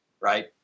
right